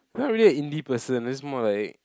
not really an indie person just more like